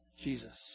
Jesus